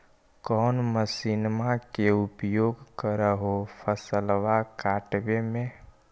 कौन मसिंनमा के उपयोग कर हो फसलबा काटबे में?